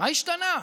מה השתנה?